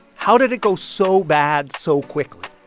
how did it go so bad so quickly?